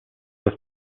was